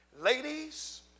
ladies